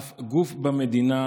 אף גוף במדינה,